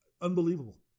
Unbelievable